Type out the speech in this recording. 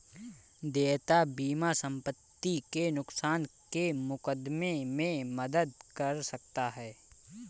देयता बीमा संपत्ति के नुकसान के मुकदमे में मदद कर सकता है